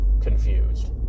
Confused